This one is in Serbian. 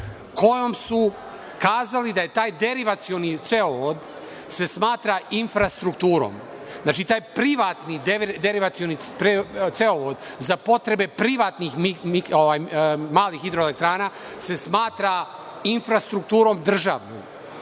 kojom su kazali da se taj derivacioni cevovod smatra infrastrukturom. Znači, taj privatni derivacioni cevovod za potrebe privatnih malih hidroelektrana se smatra infrastrukturom državnom,